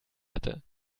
hatte